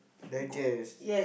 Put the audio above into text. digest